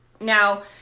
Now